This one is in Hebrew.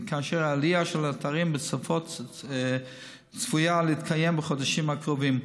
והעלייה של האתרים בשפות צפויה להתקיים בחודשים הקרובים.